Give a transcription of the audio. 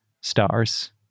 stars